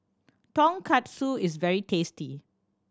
tonkatsu is very tasty